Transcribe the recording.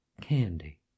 candy